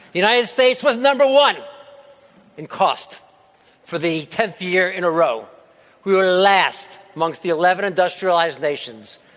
united states was number one in cost for the tenth year in a row. we were last amongst the eleven industrialized nations.